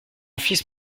fils